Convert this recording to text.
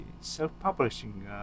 self-publishing